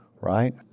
right